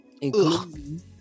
including